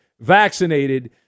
vaccinated